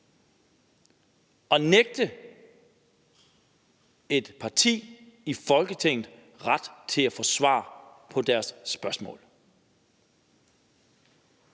at nægte et parti i Folketinget ret til at få svar på deres spørgsmål.